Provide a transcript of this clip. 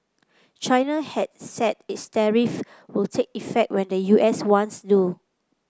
China has said its tariff will take effect when the U S ones do